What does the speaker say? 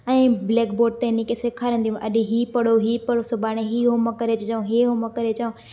ऐं black board ते इन खे सेखारंदी बि हुअमि त अॼु ई पढ़ो ई पढ़ो सुभाणे ई होमवर्क करे अचिजो इहो होमवर्क करे अचो